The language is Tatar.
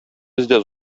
бездә